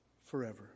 forever